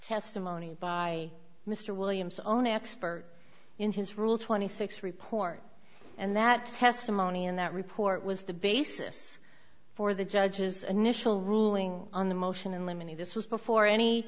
testimony by mr williams own expert in his rule twenty six report and that testimony in that report was the basis for the judge's initial ruling on the motion in limine this was before any